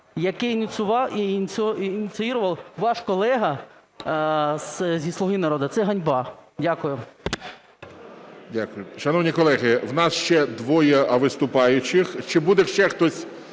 яке ініціював ваш колега зі "Слуги народу", це ганьба. Дякую. ГОЛОВУЮЧИЙ. Дякую. Шановні колеги, в нас ще двоє виступаючих. Чи буде ще хтось